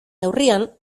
neurrian